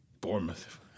Bournemouth